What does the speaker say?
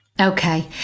Okay